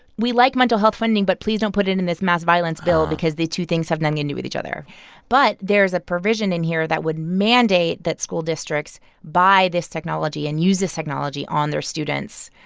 we like mental health funding, but please don't put it in this mass violence bill because the two things have nothing to do with each other but there is a provision in here that would mandate that school districts buy this technology and use this technology on their students,